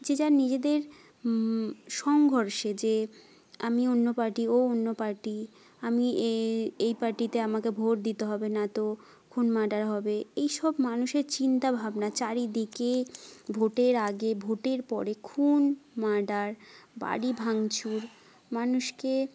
যে যার নিজেদের সংঘর্ষে যে আমি অন্য পার্টি ও অন্য পার্টি আমি এই এই পার্টিতে আমাকে ভোট দিতে হবে নয়তো খুন মার্ডার হবে এই সব মানুষের চিন্তা ভাবনা চারিদিকে ভোটের আগে ভোটের পরে খুন মার্ডার বাড়ি ভাঙচুর মানুষকে